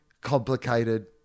complicated –